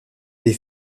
des